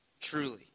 truly